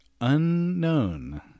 Unknown